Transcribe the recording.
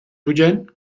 bugen